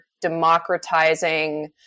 democratizing